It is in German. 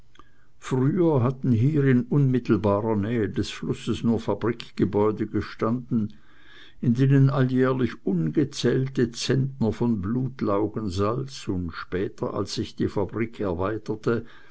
früher hatten hier in unmittelbarer nähe des flusses nur fabrikgebäude gestanden in denen alljährlich ungezählte zentner von blutlaugensalz und später als sich die fabrik erweiterte